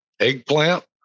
eggplant